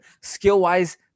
Skill-wise